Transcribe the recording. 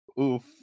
Oof